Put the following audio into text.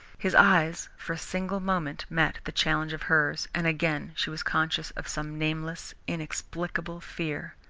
his eyes for a single moment met the challenge of hers, and again she was conscious of some nameless, inexplicable fear.